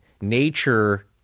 nature